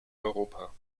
europa